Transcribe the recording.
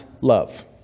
love